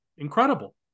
Incredible